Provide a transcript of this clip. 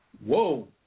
Whoa